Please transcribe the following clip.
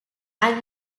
and